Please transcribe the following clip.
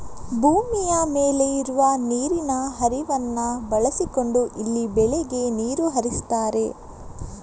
ಭೂಮಿಯ ಮೇಲೆ ಇರುವ ನೀರಿನ ಹರಿವನ್ನ ಬಳಸಿಕೊಂಡು ಇಲ್ಲಿ ಬೆಳೆಗೆ ನೀರು ಹರಿಸ್ತಾರೆ